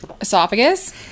esophagus